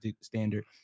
standard